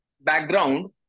background